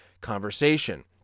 conversation